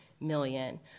million